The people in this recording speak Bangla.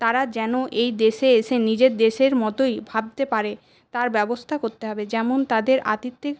তারা যেন এই দেশে এসে নিজের দেশের মতোই ভাবতে পারে তার ব্যবস্থা করতে হবে যেমন তাদের আতিথ্যের